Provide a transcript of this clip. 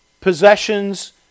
Possessions